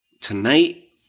tonight